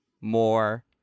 more